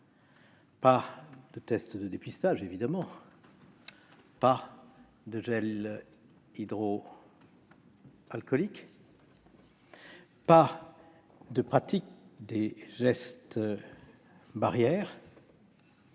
pas de tests de dépistage, pas de gel hydroalcoolique, pas de pratique des gestes barrières,